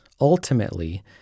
ultimately